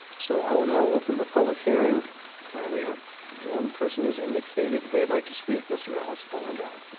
so i will now open the public hearing we have one person who's indicated that they'd like to speak. mr. ashe. come on down